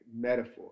metaphor